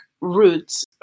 roots